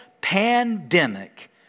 pandemic